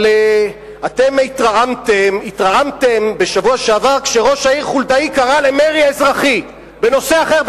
אתם התרעמתם בשבוע שעבר כשראש העיר חולדאי קרא למרי אזרחי בנושא אחר,